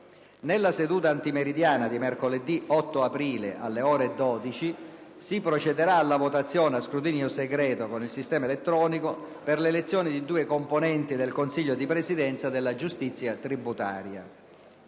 Nella seduta antimeridiana di mercoledì 8 aprile, alle ore 12, si procederà alla votazione a scrutinio segreto con il sistema elettronico per l'elezione di due componenti del Consiglio di Presidenza della giustizia tributaria.